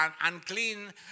unclean